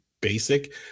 basic